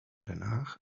danach